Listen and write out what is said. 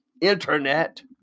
internet